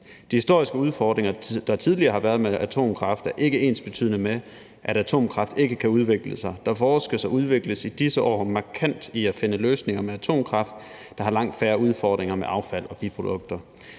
De historiske udfordringer, der har været med atomkraft, er ikke ensbetydende med, at atomkraft ikke kan udvikle sig. Der forskes og udvikles i disse år markant i at finde løsninger med atomkraft, der har langt færre udfordringer med affald og biprodukter.